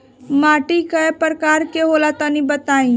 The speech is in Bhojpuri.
माटी कै प्रकार के होला तनि बताई?